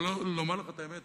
אבל לומר לך את האמת,